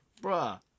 Bruh